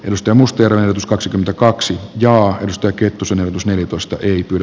risto mustajärven hs kaksikymmentäkaksi johdosta kettusen ehdotus verkosta eniten